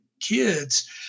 kids